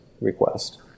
request